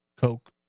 coke